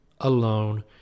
alone